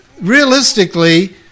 realistically